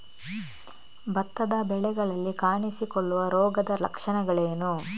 ಭತ್ತದ ಬೆಳೆಗಳಲ್ಲಿ ಕಾಣಿಸಿಕೊಳ್ಳುವ ರೋಗದ ಲಕ್ಷಣಗಳೇನು?